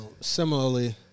similarly